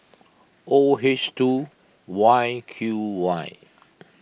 O H two Y Q Y